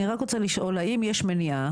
האם יש מניעה,